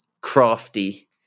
crafty